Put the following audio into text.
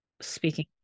speaking